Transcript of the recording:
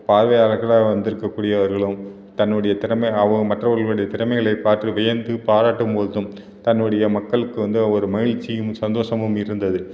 பார்வையாளர்களாக வந்துருக்கக்கூடியவர்களும் தன்னுடைய திறமை அவங்க மற்றவர்களினுடைய திறமைகளை பார்த்து வியந்து பாராட்டும் போதும் தன்னுடைய மக்களுக்கு வந்து ஒரு மகிழ்ச்சியும் சந்தோசமும் இருந்தது